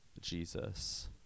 Jesus